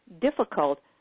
difficult